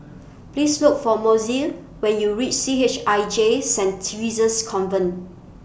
Please Look For Mozell when YOU REACH C H I J Saint Theresa's Convent